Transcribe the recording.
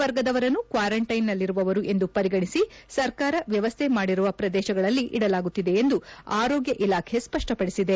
ವರ್ಗದವರನ್ನು ಕ್ವಾರಂಟೈನ್ನಲ್ಲಿರುವವರು ಎಂದು ಪರಿಗಣಿಸಿ ಸರ್ಕಾರ ಮ್ಯವಸ್ಥೆ ಮಾಡಿರುವ ಪ್ರದೇಶಗಳಲ್ಲಿ ಇಡಲಾಗುತ್ತಿದೆ ಎಂದು ಆರೋಗ್ಯ ಇಲಾಖೆ ಸ್ಪಷ್ಪಪಡಿಸಿದೆ